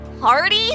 Party